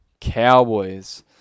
Cowboys